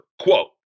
quote